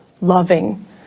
loving